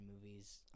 movies